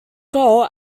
goal